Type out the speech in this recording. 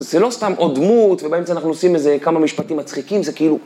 זה לא סתם עוד דמות, ובאמצע אנחנו עושים איזה כמה משפטים מצחיקים, זה כאילו...